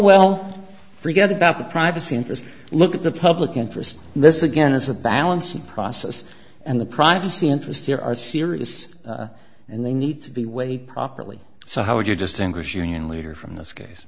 well forget about the privacy interests look at the public interest in this again as a balancing process and the privacy interests there are serious and they need to be weighed properly so how would you distinguish union leader from this case